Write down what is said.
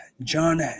John